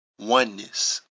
oneness